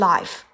Life